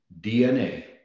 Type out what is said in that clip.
DNA